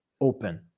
open